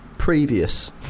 Previous